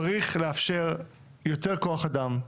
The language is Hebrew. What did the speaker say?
צריך לאפשר יותר כוח אדם,